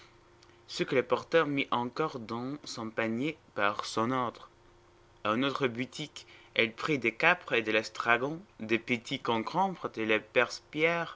le porteur mit encore dans son panier par son ordre à une autre boutique elle prit des câpres de l'estragon de petits concombres de